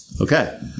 Okay